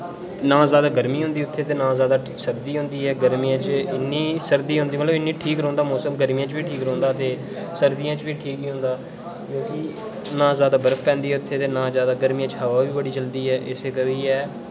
ना जादा गरमी होंदी उत्थे ते ना ज्यादे सरदी होंदी ऐ गरमियें च इन्नी सरदी होंदी मतलब ठीक रौह्ंदा मौसम गरमियें बी ठीक रौह्ंदा मौसम ते सरदियें च बी ठीक ही ना जादा बर्फ पेंदी ऐ इत्थे ते ना जादा गरमियें च हवा चलदी ऐ इस्से करियै